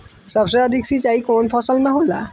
सबसे अधिक सिंचाई कवन फसल में होला?